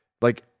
Like-